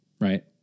right